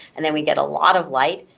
and then we get a lot of light,